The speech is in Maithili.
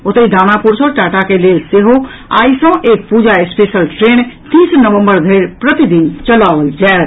ओतहि दानापुर सँ टाटा के लेल सेहो आई सँ एक पूजा स्पेशल ट्रेन तीस नवम्बर धरि प्रतिदिन चलाओल जायत